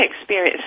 experience